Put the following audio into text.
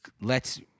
lets